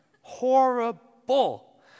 Horrible